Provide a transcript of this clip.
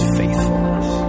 faithfulness